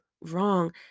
wrong